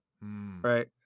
Right